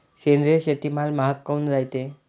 सेंद्रिय शेतीमाल महाग काऊन रायते?